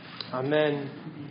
Amen